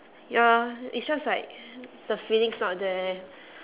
ya it's just like the feeling's not there